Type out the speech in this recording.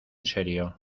serio